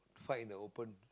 fight in the open